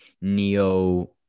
Neo